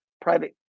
private